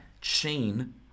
chain